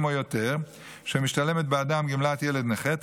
או יותר שמשתלמת בעדם גמלת ילד נכה,